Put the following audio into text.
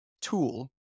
tool